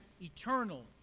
eternal